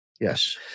Yes